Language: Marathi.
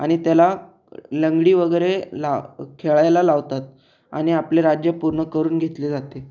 आणि त्याला लंगडी वगैरे लाव खेळायला लावतात आणि आपले राज्य पूर्ण करून घेतले जाते